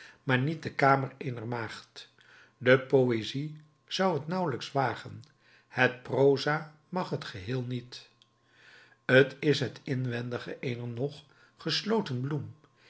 maar niet de kamer eener maagd de poëzie zou het nauwelijks wagen het proza mag t geheel niet t is het inwendige eener nog gesloten bloem